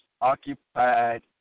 occupied